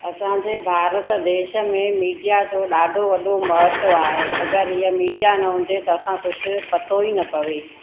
असांजे भारत देश में मीडिया जो ॾाढो वॾो महत्व आहे अगरि ईअं मीडिया न हुजे त असां कुझु पतो ई न पवे